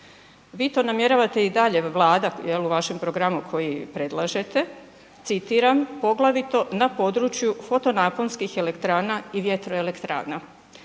vi to namjeravate i dalje, Vlada jel', u vašem programu koji predlažete, citiram „poglavito na području foto-naponskih elektrana i vjetroelektrana“.